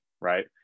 right